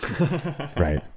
right